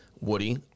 Woody